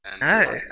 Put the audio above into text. No